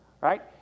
right